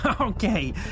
Okay